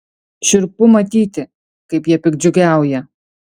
šiurpu matyti kaip jie piktdžiugiauja